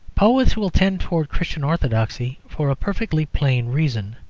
poets will tend towards christian orthodoxy for a perfectly plain reason